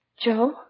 Joe